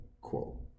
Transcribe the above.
quote